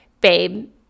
babe